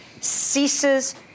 ceases